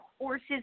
horses